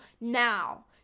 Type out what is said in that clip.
now